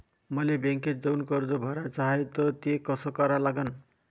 मले बँकेत जाऊन कर्ज भराच हाय त ते कस करा लागन?